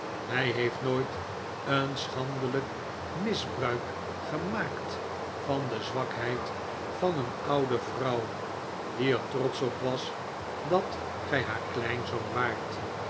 hij heeft nooit een schandelijk misbruik gemaakt van de zwakheid van een oude vrouw die er trotsch op was dat gij haar kleinzoon waart